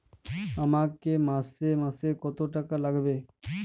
আমাকে মাসে মাসে কত টাকা লাগবে?